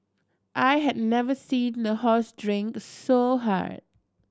I had never seen a horse drink so hard